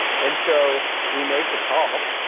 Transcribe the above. and so we make the call,